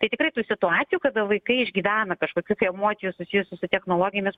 tai tikrai tų situacijų kada vaikai išgyvena kažkokių tai emocijų susijusių su technologijomis